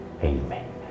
Amen